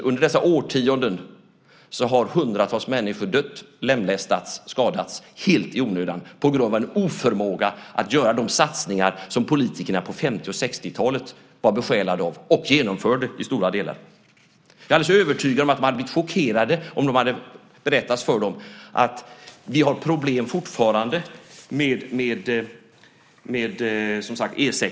Under dessa årtionden har hundratals människor dött, lemlästats och skadats helt i onödan på grund av att det har funnits en oförmåga att göra de satsningar som politikerna på 50 och 60-talen var besjälade av och till stora delar genomförde. Jag är alldeles övertygad om att de hade blivit chockerade om vi hade berättat för dem att vi fortfarande har problem med E 6:an.